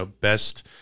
best